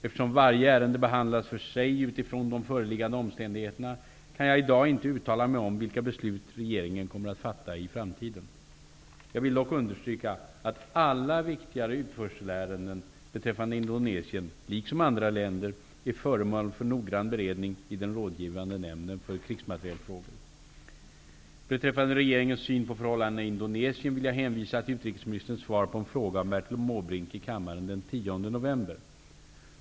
Eftersom varje ärende behandlas för sig utifrån de föreliggande omständigheterna, kan jag i dag inte uttala mig om vilka beslut regeringen kommer att fatta i framtiden. Jag vill dock understryka att alla viktigare utförselärenden beträffande Indonesien, liksom andra länder, är föremål för noggrann beredning i den rådgivande nämnden för krigsmaterielexportfrågor. Indonesien vill jag hänvisa till utrikesministerns svar på en fråga av Bertil Måbrink i kammaren den 10 november.